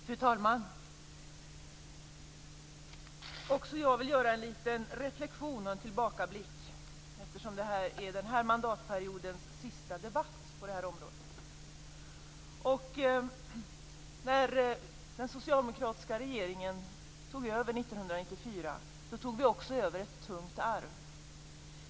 Fru talman! Också jag vill göra en liten reflexion och tillbakablick eftersom det här är denna mandatperiods sista debatt på området. 1994 tog vi också över ett tungt arv.